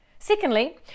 Secondly